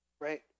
right